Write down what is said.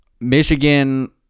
Michigan